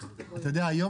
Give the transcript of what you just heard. יודע,